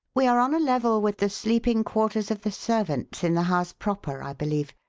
we are on a level with the sleeping quarters of the servants in the house proper, i believe,